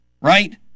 right